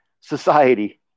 society